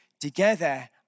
together